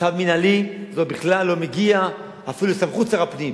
צו מינהלי בכלל לא מגיע אפילו לסמכות שר הפנים.